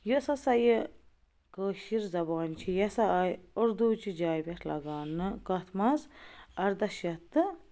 یۄس ہَسا یہِ کٲشِر زبان چھِ یہِ ہَسا آے اُردوچہِ جاے پٮ۪ٹھ لَگاونہٕ کَتھ منٛز ارداہ شَتھ تہٕ